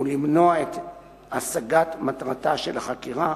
ולמנוע את השגת מטרתה של החקירה,